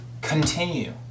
continue